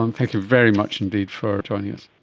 and thank you very much indeed for joining us.